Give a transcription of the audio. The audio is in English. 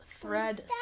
thread